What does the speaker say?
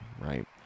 right